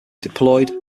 deployed